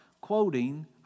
quoting